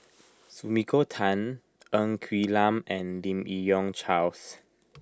Sumiko Tan Ng Quee Lam and Lim Yi Yong Charles